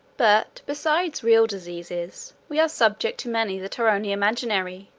but, besides real diseases, we are subject to many that are only imaginary,